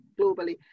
globally